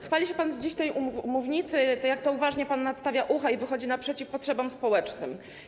Chwali się pan dziś z tej mównicy, jak to uważnie pan nadstawia ucha i wychodzi naprzeciw potrzebom społecznym.